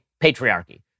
patriarchy